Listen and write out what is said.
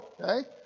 Okay